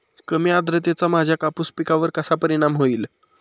कमी आर्द्रतेचा माझ्या कापूस पिकावर कसा परिणाम होईल?